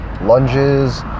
lunges